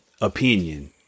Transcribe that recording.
opinion